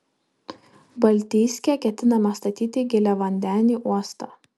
baltijske ketinama statyti giliavandenį uostą